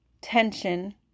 Tension